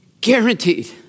guaranteed